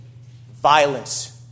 violence